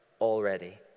already